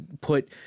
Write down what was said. put